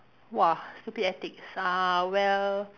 !wah! stupid antics uh well